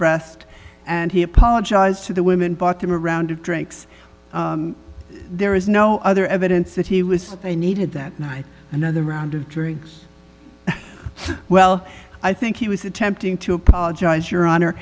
breast and he apologized to the women bought them a round of drinks there is no other evidence that he was they needed that another round of very well i think he was attempting to apologize your honor